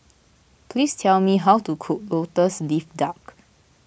please tell me how to cook Lotus Leaf Duck